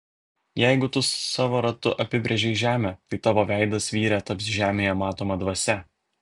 jeigu tu savo ratu apibrėžei žemę tai tavo veidas vyre taps žemėje matoma dvasia